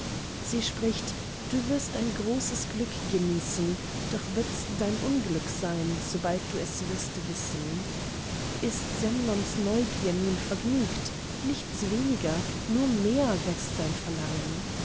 sie spricht du wirst ein großes glück genießen doch wirds dein unglück sein sobald du es wirst wissen ist semnons neugier nun vergnügt nichts weniger nur mehr wächst sein verlangen